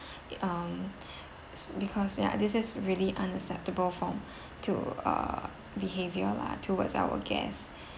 um because ya this is really unacceptable form to uh behaviour lah towards our guest